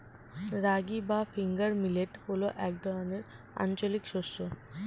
রাগী বা finger millet হল এক ধরনের আঞ্চলিক শস্য